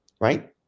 right